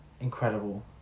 Incredible